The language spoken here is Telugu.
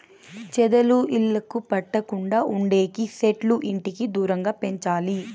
చెదలు ఇళ్లకు పట్టకుండా ఉండేకి సెట్లు ఇంటికి దూరంగా పెంచాలి